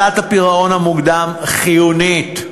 עמלת הפירעון המוקדם חיונית,